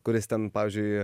kuris ten pavyzdžiui